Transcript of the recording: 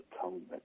Atonement